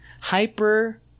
hyper